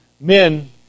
men